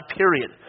period